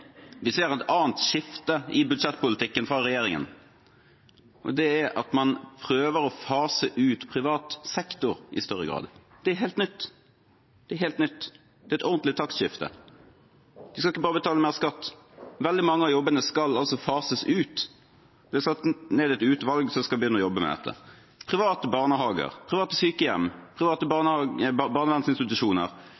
Vi ser et annet skifte i budsjettpolitikken fra regjeringen. Det er at man prøver å fase ut privat sektor i større grad. Det er helt nytt. Det er helt nytt. Det er et ordentlig taktskifte. De skal ikke bare betale mer skatt. Veldig mange av jobbene skal fases ut. Det er satt ned et utvalg som skal begynne å jobbe med dette. Private barnehager, private sykehjem, private